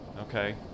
Okay